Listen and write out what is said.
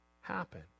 happen